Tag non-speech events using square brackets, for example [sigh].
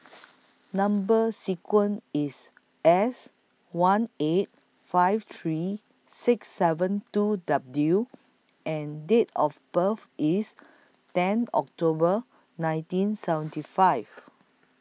[noise] Number sequence IS S one eight five three six seven two W and Date of birth IS ten October nineteen seventy five